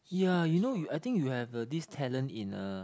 ya you know you I think you have the this talent in a